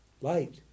Light